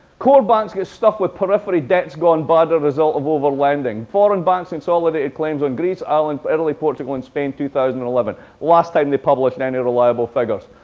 core banks get stuffed with periphery debts gone bad, a result of over landing. foreign banks consolidated claims on greece, ireland, italy, portugal, and spain in two thousand and eleven, last time they published any reliable figures.